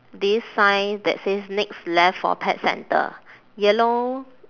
this sign that says next left for pet centre yellow